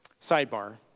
sidebar